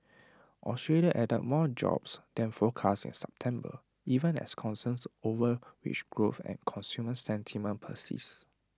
Australia added more jobs than forecast in September even as concerns over wage growth and consumer sentiment persist